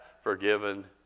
forgiven